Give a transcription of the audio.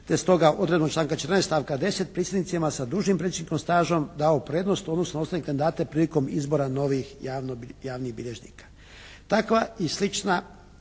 te stoga odredbu članka 14. stavka 10. prisjednicima sa dužim … /Govornik se ne razumije./ … stažom dao prednost, odnosno ostale kandidate prilikom izbora novih javnih bilježnika. Takva i slična